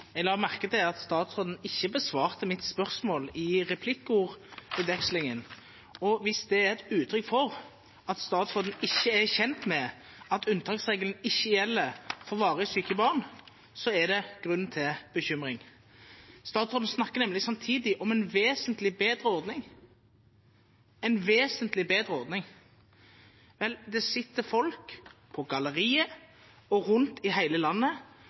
et uttrykk for at statsråden ikke er kjent med at unntaksregelen ikke gjelder for varig syke barn, er det grunn til bekymring. Statsråden snakker nemlig samtidig om en vesentlig bedre ordning. Vel, det sitter folk på galleriet og rundt i hele landet